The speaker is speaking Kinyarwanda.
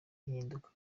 gihinduka